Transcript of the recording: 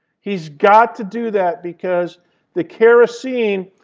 he's got to do that because the kerosene,